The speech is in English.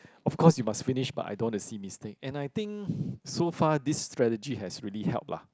of course you must finish but I don't want to see mistake and I think so far this strategy has really help lah